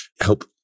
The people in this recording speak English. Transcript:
help